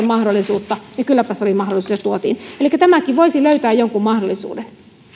mahdollisuutta niin kylläpäs oli mahdollisuus ja tuotiin elikkä tämäkin voisi löytää jonkun mahdollisuuden